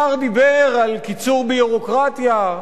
השר דיבר על קיצור ביורוקרטיה,